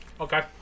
Okay